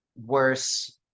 worse